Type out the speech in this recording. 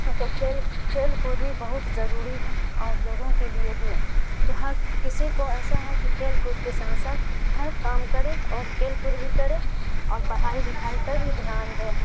تو کھیل کھیل کود بھی بہت ضروری ہے اور لوگوں کے لیے بھی تو ہر کسی کو ایسا ہے کہ کھیل کود کے ساتھ ساتھ ہر کام کرے اور کھیل کود بھی کرے اور پڑھائی لکھائی کا بھی دھیان دے